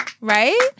Right